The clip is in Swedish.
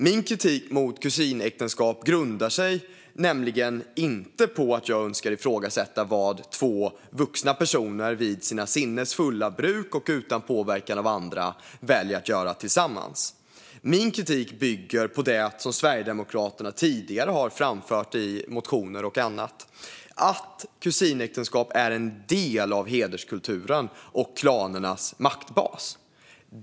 Min kritik mot kusinäktenskap grundar sig inte i att jag önskar ifrågasätta vad två vuxna personer vid sina sinnens fulla bruk och utan påverkan av andra väljer att göra tillsammans. Min kritik bygger på det som Sverigedemokraterna tidigare har framfört i motioner och annat, att kusinäktenskap är en del av hederskulturen och klanernas maktbas.